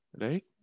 right